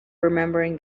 remembering